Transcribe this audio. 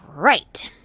right.